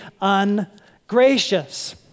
ungracious